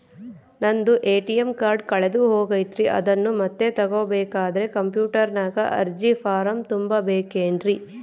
ನಂದು ATM card ಕಳೆದು ಹೋಗೈತ್ರಿ ಅದನ್ನು ಮತ್ತೆ ತಗೋಬೇಕಾದರೆ ಕಂಪ್ಯೂಟರ್ ನಾಗ ಅರ್ಜಿ ಫಾರಂ ತುಂಬಬೇಕನ್ರಿ?